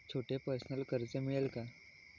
छोटे पर्सनल कर्ज मिळेल का?